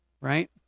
right